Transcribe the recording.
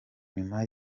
nyuma